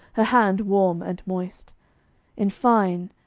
her hand warm and moist in fine,